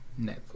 Netflix